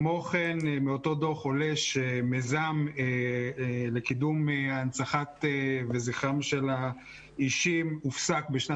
לכן לדעתי יש להקים ועדה בשיתוף המועצה להנצחת אישים יחד עם משרד